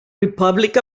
republic